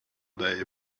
day